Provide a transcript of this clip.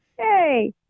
Hey